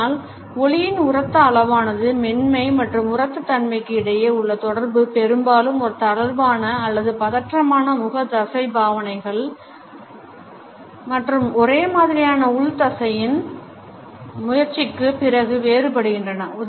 அதனால்ஒலியின் உரத்த அளவானது மென்மை மற்றும் உரத்த தன்மைக்கு இடையே உள்ள தொடர்பு பெரும்பாலும் ஒரு தளர்வான அல்லது பதற்றமான முக தசை பாவனைகள் மற்றும் ஒரேமாதிரியான உள் தசையின் முயற்சிக்கு பிறகு வேறுபடுகின்றது